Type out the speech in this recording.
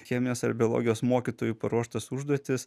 chemijos ar biologijos mokytojų paruoštas užduotis